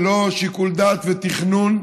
ללא שיקול דעת ותכנון,